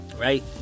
right